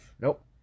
Nope